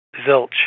zilch